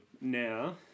now